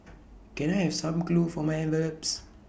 can I have some glue for my envelopes